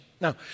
Now